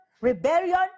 rebellion